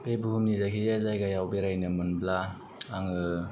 बे बुहुमनि जायखिजाया जायगायाव बेरायनो मोनब्ला आङो